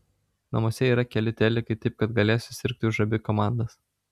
namuose yra keli telikai taip kad galėsiu sirgti už abi komandas